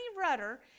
rudder